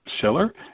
Schiller